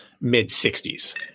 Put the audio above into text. mid-60s